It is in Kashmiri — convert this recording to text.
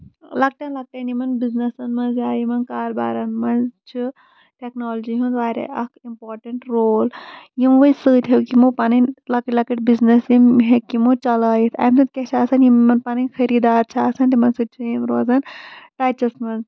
لۄکٕٹیٚن لۄکٕٹیٚن یِمن بِزنِسن منٛز یا یِمن کاربارن منٛز چھُ ٹیکنالجی ہُند واریاہ اکھ اِمپارٹنٹ رول یِموٕے سۭتۍ ہیوٚکھ یِمو پَنٕنۍ لۄکٕٹ لۄکٕٹ بِزنِس یِم ہیٚکۍ یِمو چلٲوِتھ اَمیُک گژھِ آسنۍ یِم یِمَن پَنٕنۍ خٔریٖدار چھِ آسان تِمن سۭتۍ چھِ یِم روزان ٹچس منٛز